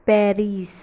Paris